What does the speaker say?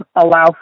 allow